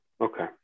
Okay